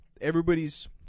everybody's